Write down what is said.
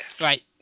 Right